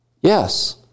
Yes